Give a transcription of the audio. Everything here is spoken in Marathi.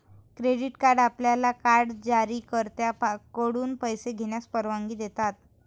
क्रेडिट कार्ड आपल्याला कार्ड जारीकर्त्याकडून पैसे घेण्यास परवानगी देतात